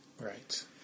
Right